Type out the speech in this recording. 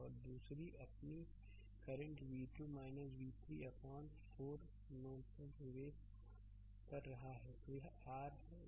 और दूसरी अपनी करंट v2 v3 अपान 4 पर नोड 3 में प्रवेश कर रहा है